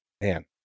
man